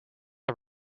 are